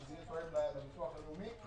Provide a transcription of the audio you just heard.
שתהיה --- לביטוח לאומי,